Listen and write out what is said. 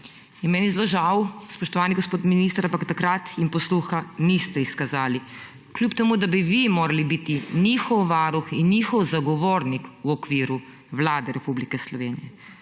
Meni je zelo žal, spoštovani gospod minister, ampak takrat jim posluha niste izkazali, kljub temu da bi vi morali biti njihov varuh in njihov zagovornik v okviru Vlade Republike Slovenije.